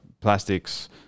plastics